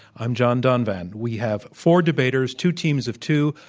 i'm john donvan. we have four debaters, two teams of two,